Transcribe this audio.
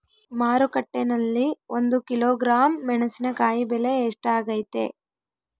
ಮಾರುಕಟ್ಟೆನಲ್ಲಿ ಒಂದು ಕಿಲೋಗ್ರಾಂ ಮೆಣಸಿನಕಾಯಿ ಬೆಲೆ ಎಷ್ಟಾಗೈತೆ?